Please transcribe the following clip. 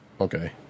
Okay